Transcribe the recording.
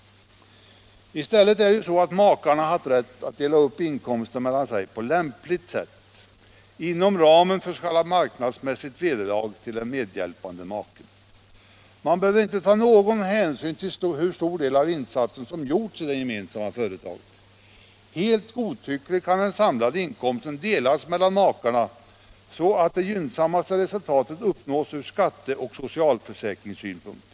Makar har nu rätt att dela upp inkomsten mellan sig på lämpligt sätt inom ramen för s.k. marknadsmässigt vederlag till den medhjälpande maken. Man behöver inte ta någon hänsyn till hur stor del av insatsen som gjorts i det gemensamma företaget. Helt godtyckligt kan den samlade inkomsten delas mellan makarna så att det gynnsammaste resultatet uppnås från skatteoch socialförsäkringssynpunkt.